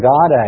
God